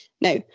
Now